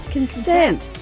Consent